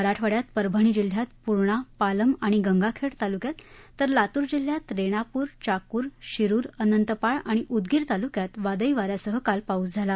मराठवाङ्यात परभणी जिल्ह्यात पूर्णा पालम आणि गंगाखह्वतालुक्यात तर लातूर जिल्ह्यात रद्यापूर चाकूर शिरूर अनंतपाळ आणि उदगीर तालुक्यात वादळी वाऱ्यासह काल पाऊस झाला